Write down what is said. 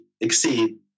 exceed